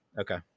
Okay